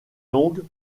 longues